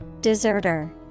Deserter